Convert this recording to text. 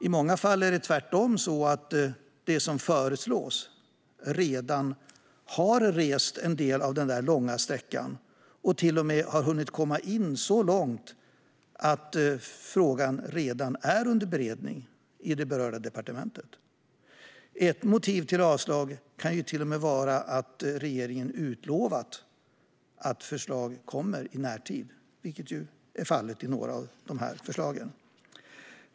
I många fall är det tvärtom så att det som föreslås redan har rest en del av den där långa sträckan och till och med har hunnit komma så långt att frågan redan är under beredning i det berörda departementet. Ett motiv till avstyrkande kan till och med vara att regeringen utlovat att förslag kommer i närtid, vilket är fallet med några av dessa förslag.